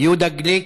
יהודה גליק,